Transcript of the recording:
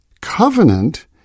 covenant